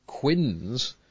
Quinns